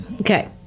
Okay